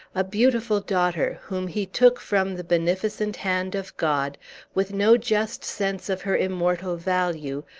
a beautiful daughter, whom he took from the beneficent hand of god with no just sense of her immortal value,